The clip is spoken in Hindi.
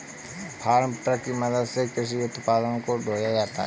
फार्म ट्रक की मदद से कृषि उत्पादों को ढोया जाता है